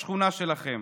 בשכונה שלכם,